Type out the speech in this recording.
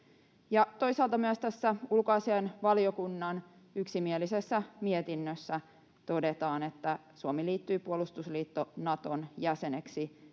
toisaalta myös tässä ulkoasiainvaliokunnan yksimielisessä mietinnössä todetaan: ”Suomi liittyi puolustusliitto Naton jäseneksi